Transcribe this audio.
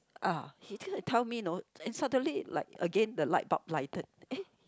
ah he did tell me know and suddenly like again the light bulb lighted